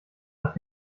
nach